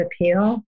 appeal